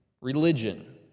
Religion